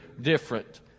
different